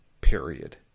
Period